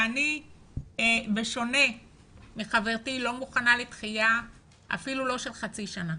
אני בשונה מחברתי לא מוכנה לדחייה אפילו לא של חצי שנה.